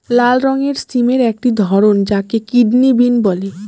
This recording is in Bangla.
লাল রঙের সিমের একটি ধরন যাকে কিডনি বিন বলে